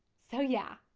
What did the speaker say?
so yeah.